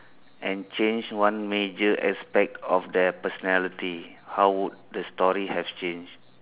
and change one major aspect of their personality how would the story have change